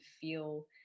feel